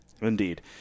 Indeed